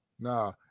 nah